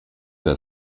der